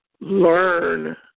learn